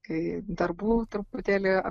kai darbų truputėlį